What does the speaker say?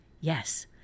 Yes